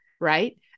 right